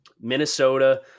Minnesota